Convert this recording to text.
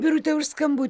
birute už skambutį